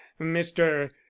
mr